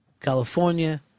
California